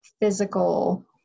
physical